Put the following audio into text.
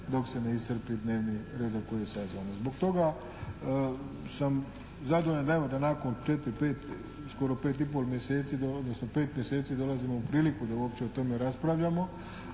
dok se ne iscrpi dnevni red za kojeg je sazvana. Zbog toga sam zadovoljan da evo nakon 4, 5 skoro 5 i pol mjeseci, odnosno 5 mjeseci dolazimo u priliku da uopće o tome raspravljamo.